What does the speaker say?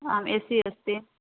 आम् A C अस्ति